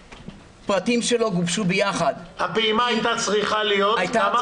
הפרטים שלו גובשו ביחד --- הפעימה הייתה צריכה להיות כמה?